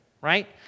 right